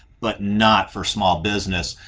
but not for small business.